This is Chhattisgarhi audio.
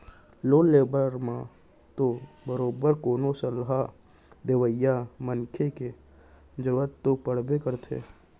लोन लेवब म तो बरोबर कोनो सलाह देवइया मनसे के जरुरत तो पड़बे करथे